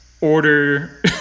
order